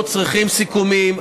לא צריכים סיכומים.